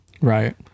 Right